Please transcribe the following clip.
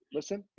Listen